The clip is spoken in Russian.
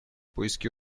поиски